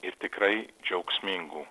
ir tikrai džiaugsmingų